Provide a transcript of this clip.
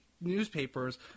newspapers